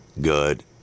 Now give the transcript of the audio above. good